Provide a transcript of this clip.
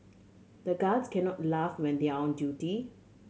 the guards can not laugh when they are on duty